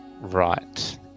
right